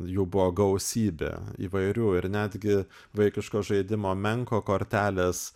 jų buvo gausybė įvairių ir netgi vaikiško žaidimo menko kortelės